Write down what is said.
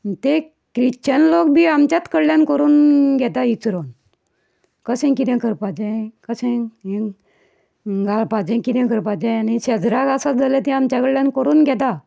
ते ख्रिश्चन लोक बी आमच्यात कडल्यान करून घेता इचरोन कशें कितें करपाचें कशें हें घालपाचें कशें करपाचें आनी शेजराक आसा जाल्यार तीं आमच्या कडल्यान करून घेता